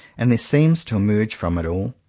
and there seems to emerge from it all,